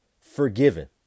forgiven